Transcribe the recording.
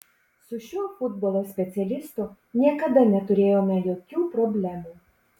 su šiuo futbolo specialistu niekada neturėjome jokių problemų